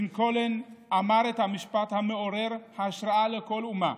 לינקולן אמר את המשפט המעורר השראה לכל אומה: